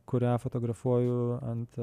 kurią fotografuoju ant